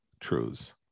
truths